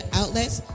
outlets